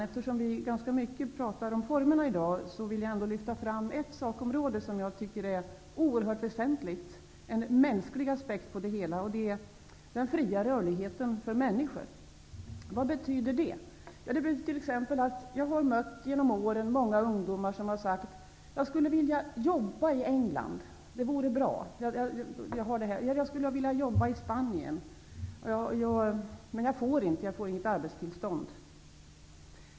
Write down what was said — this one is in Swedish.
Eftersom vi i dag talar ganska mycket om formerna vill jag lyfta fram och ge en mänsklig aspekt på ett sakområde som jag anser är oerhört väsentligt, nämligen den fria rörligheten för människor. Vad betyder det? Jag har genom åren mött många ungdomar som har sagt: Jag skulle vilja jobba i England eller i Spanien. Men jag får inget arbetstillstånd.